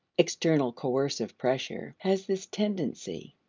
external coercive pressure, has this tendency.